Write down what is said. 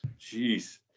jeez